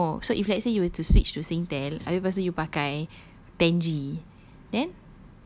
ya I know so if let's say you were to switch to singtel abeh lepas tu you pakai ten G then